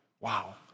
Wow